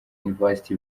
university